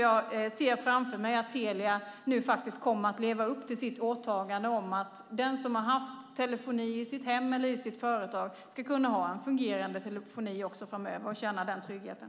Jag ser framför mig att Telia kommer att leva upp till sitt åtagande: Den som haft telefoni i sitt hem eller i sitt företag ska också framöver ha en fungerande telefoni och känna den tryggheten.